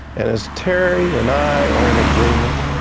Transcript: and as terry and i are in agreement,